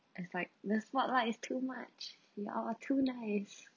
as like the spotlight is too much you all are too nice